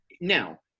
Now